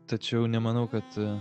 tačiau nemanau kad